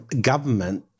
government